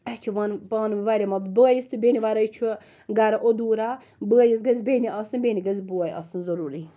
اَسہِ چھ ون پانہٕ ؤنۍ واریاہ محبت بٲیِس تہٕ بیٚنہِ وَرٲے چھُ گَرٕ ادوٗرا بٲیِس گَژھِ بیٚنہِ آسٕنۍ بیٚنہِ گَژھِ بوے آسُن ضروٗری